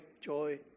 joy